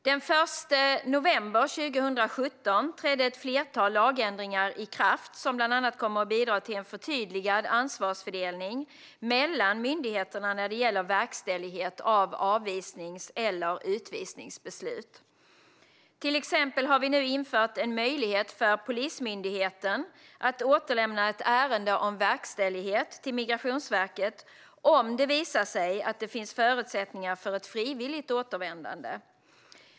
Den 1 november 2017 trädde ett flertal lagändringar i kraft som bland annat kommer att bidra till en förtydligad ansvarsfördelning mellan myndigheterna när det gäller verkställighet av avvisnings eller utvisningsbeslut. Till exempel har vi nu infört en möjlighet för Polismyndigheten att återlämna ett ärende om verkställighet till Migrationsverket om det visar sig att det finns förutsättningar för ett frivilligt återvändande.